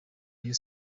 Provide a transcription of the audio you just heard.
rayon